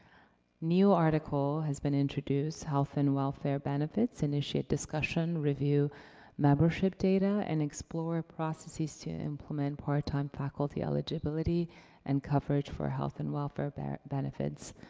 new article has been introduced, health and welfare benefits. initiate discussion, review membership data, and explore processes to implement part-time faculty eligibility and coverage for health and welfare benefits.